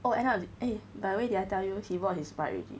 oh end up by the way did I tell you he bought his bike already